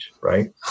Right